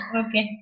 okay